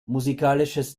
musikalisches